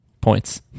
points